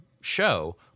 show